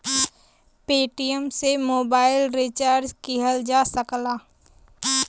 Paytm से mobile recharge किहल जा सकला